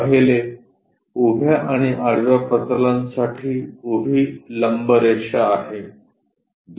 पहिले उभ्या आणि आडव्या प्रतलांसाठी उभी लंबरेषा आहे